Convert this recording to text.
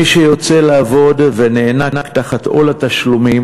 מי שיוצא לעבוד ונאנק תחת עול התשלומים